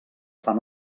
fan